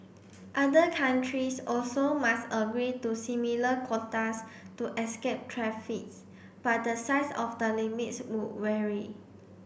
other countries also must agree to similar quotas to escape traffics but the size of the limits would vary